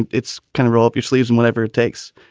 it's kind of roll up your sleeves and whatever it takes.